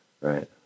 right